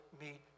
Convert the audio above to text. meet